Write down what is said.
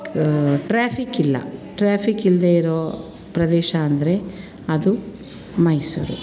traffic ಇಲ್ಲ traffic ಇಲ್ಲದೇ ಇರೋ ಪ್ರದೇಶ ಅಂದರೆ ಅದು ಮೈಸೂರು